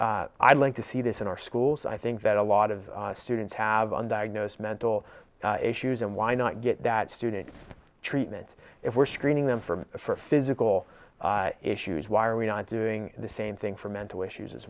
i'd like to see this in our schools i think that a lot of students have undiagnosed mental issues and why not get that student's treatment if we're screening them from for physical issues why are we not doing the same thing for mental issues as